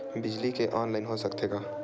बिजली के ऑनलाइन हो सकथे का?